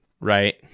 right